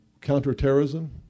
counterterrorism